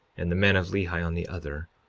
and the men of lehi on the other,